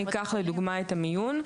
לדוגמה במיון,